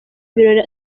ibirori